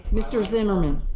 mr. zimmerman?